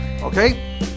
Okay